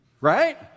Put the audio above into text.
right